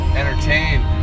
entertained